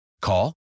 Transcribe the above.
Call